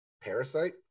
Parasite